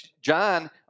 John